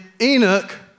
Enoch